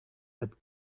but